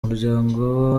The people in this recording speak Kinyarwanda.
muryango